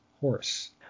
horse